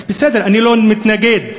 בסדר, אני לא מתנגד.